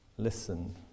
Listen